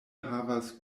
havas